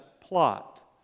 plot